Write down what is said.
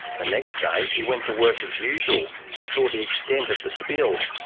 the next day, he went to work as usual, and saw the extent of the spill.